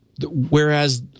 whereas